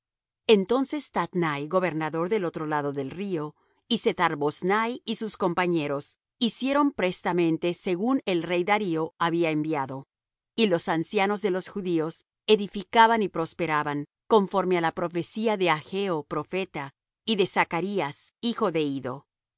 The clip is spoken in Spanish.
entonces tatnai gobernador del otro lado del río y sethar boznai y sus compañeros hicieron prestamente según el rey darío había enviado y los ancianos de los judíos edificaban y prosperaban conforme á la profecía de haggeo profeta y de zacarías hijo de iddo